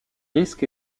risques